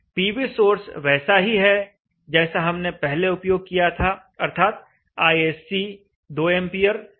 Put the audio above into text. PV source वैसा ही है जैसा हमने पहले उपयोग किया था अर्थात Isc 2 एंपियर तथा Vscale 20 है